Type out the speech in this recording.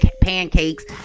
pancakes